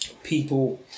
People